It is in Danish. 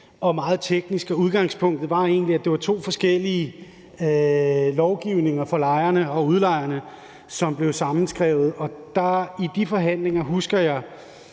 og meget teknisk, og udgangspunktet var egentlig, at det var to forskellige lovgivninger for lejerne og udlejerne, som blev sammenskrevet. Fra de forhandlinger husker jeg,